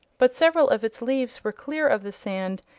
but several of its leaves were clear of the sand,